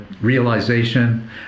realization